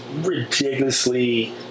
ridiculously